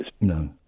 No